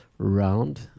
round